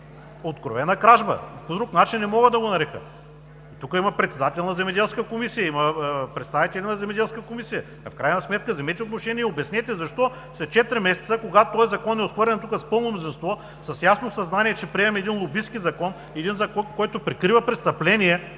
Откровена кражба! По друг начин не мога да го нарека. Тук има председател на Земеделска комисия, има представители на Земеделската комисия. В крайна сметка вземете отношение и обяснете защо след четири месеца, когато този закон е отхвърлен тук с пълно мнозинство, с ясното съзнание, че приемаме един лобистки закон, закон, който прикрива откровени